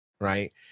right